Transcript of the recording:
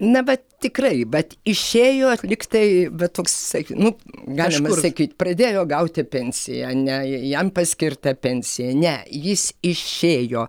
na bet tikrai vat išėjo lygtai vat toksai nu galima sakyti pradėjo gauti pensiją ne jam paskirta pensija ne jis išėjo